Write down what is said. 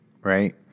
right